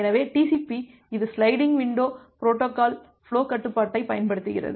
எனவே TCP இது sliding window protocol flow கட்டுப்பாட்டைப் பயன்படுத்துகிறது